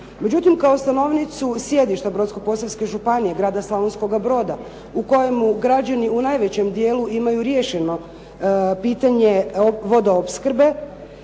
Međutim kao stanovnicu sjedišta Brodsko-posavske županije Grada Slavonskoga Broda u kojem građani u najvećem dijelu imaju riješeno pitanje vodoopskrbe